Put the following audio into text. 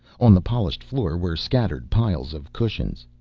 on the polished floor were scattered piles of cushions.